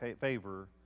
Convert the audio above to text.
favor